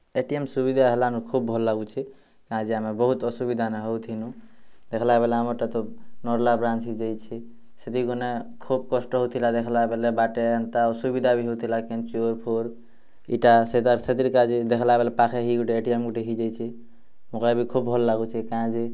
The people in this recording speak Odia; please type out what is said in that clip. ଏ ଟି ମ୍ ସୁବିଧା ହେଲାନ୍ ଖୁବ୍ ଭଲ୍ ଲାଗୁଛି ଆଜି ଆମେ ବୋହୁତ୍ ଅସୁବିଧା ନ ହୋଉଥିନୁ ଦେଖିଲାବେଲେ ଆମର୍ଟା ତ ନଲା ବ୍ରାଞ୍ଚ୍ ହେଇଯାଇଛି ସେଥିକି ଗନେ ଖୁବ୍ କଷ୍ଟ ହୋଉଥିଲା ଦେଖଲା ବେଲେ ବାଟେ ଏନ୍ତା ଅସୁବିଧା ବି ହୋଉଥିଲା ଚୋର୍ ଫୋର୍ କିଟା ସେତାର୍ ସେଥିରେ ଲାଗି ଦେଖିଲା ବେଲେ ପାଖେର୍ ହେଇ ଗୋଟେ ଏ ଟି ମ୍ ଗୋଟେ ହେଇଯାଇଛି ମୁଁ କହିବି ଖୁବ୍ ଭଲ୍ ଲାଗୁଛି କାଇଁଯେ